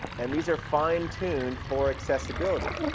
and these are fine tuned for accessibility.